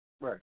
Right